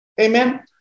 Amen